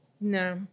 No